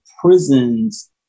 prisons